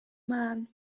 man